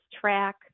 track